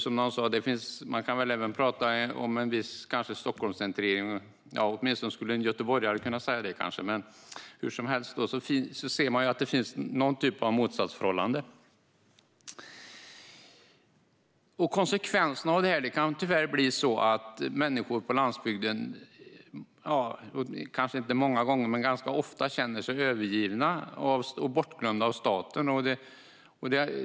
Som någon sa kan man även tala om en viss Stockholmscentrering; åtminstone skulle en göteborgare kunna göra det. Hur som helst ser man att det finns någon typ av motsatsförhållande. Konsekvenserna av detta kan tyvärr bli att människor på landsbygden ganska ofta känner sig övergivna och bortglömda av staten.